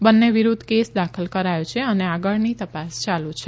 બંને વિરુધ્ધ કેસ દાખલ કરાયો છે અને આગળની તપાસ યાલુ છે